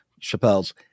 Chappelle's